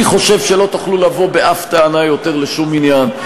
אני חושב שלא תוכלו לבוא יותר בשום טענה לשום עניין,